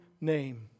name